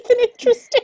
interesting